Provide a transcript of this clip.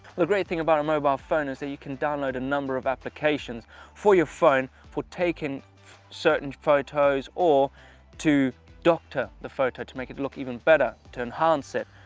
the great thing about a mobile phone is that you can download a number of applications for your phone for taking certain photos or to doctor the photo to make it look even better, to enhance it,